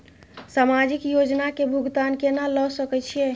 समाजिक योजना के भुगतान केना ल सके छिऐ?